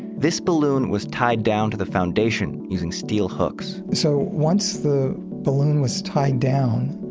this balloon was tied down to the foundation using steel hooks so once the balloon was tied down,